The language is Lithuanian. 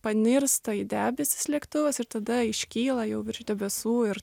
panirsta į debesis lėktuvas ir tada iškyla jau virš debesų ir